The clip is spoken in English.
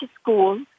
school